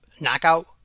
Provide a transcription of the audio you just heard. knockout